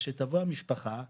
אז שתבוא המשפחה ותגיד.